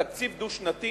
תקציב דו-שנתי